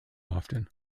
often